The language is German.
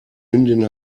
hündin